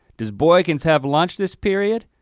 does boikins have lunch this period?